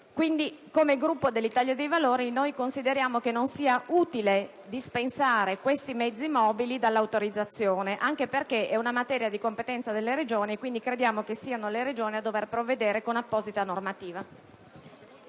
Il Gruppo dell'Italia dei Valori ritiene che non sia utile dispensare questi mezzi mobili dall'autorizzazione, anche perché questa è una materia di competenza delle Regioni. Crediamo quindi che siano le Regioni a dover provvedere con apposita normativa.